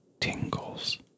Tingles